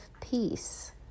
peace